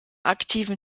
aktiven